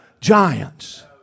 Giants